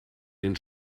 den